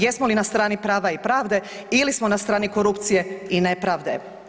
Jesmo li na strani prava i pravde ili smo na strani korupcije i nepravde.